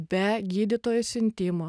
be gydytojų siuntimo